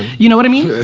you know what i mean?